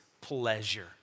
pleasure